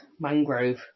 Mangrove